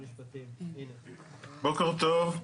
בוקר טוב.